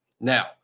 Now